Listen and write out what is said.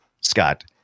Scott